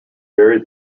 buried